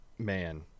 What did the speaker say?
Man